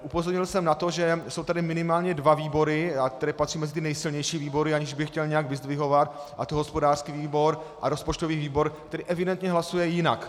Upozornil jsem na to, že jsou tady minimálně dva výbory, které patří mezi ty nejsilnější výbory, aniž bych je chtěl nějak vyzdvihovat, a to hospodářský výbor a rozpočtový výbor, který evidentně hlasuje jinak.